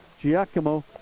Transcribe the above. Giacomo